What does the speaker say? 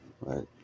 Right